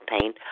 pain